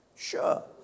Sure